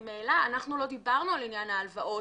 העלה אנחנו לא דיברנו על עניין ההלוואות,